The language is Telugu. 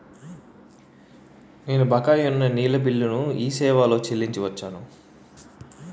నేను బకాయి ఉన్న నీళ్ళ బిల్లును ఈ సేవాలో చెల్లించి వచ్చాను